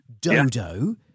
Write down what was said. Dodo